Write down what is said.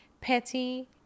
petty